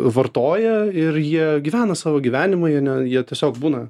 vartoja ir jie gyvena savo gyvenimą jie ne jie tiesiog būna